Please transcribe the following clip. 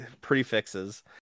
prefixes